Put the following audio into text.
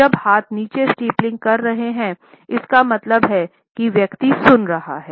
जब हाथ ऊपर स्टिप्लिंग कर रहे हैं इसका मतलब है कि व्यक्ति सुन रहा है